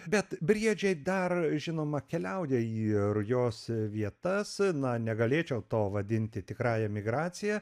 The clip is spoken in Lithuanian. bet briedžiai dar žinoma keliauja į rujos vietas na negalėčiau to vadinti tikrąja migracija